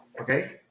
Okay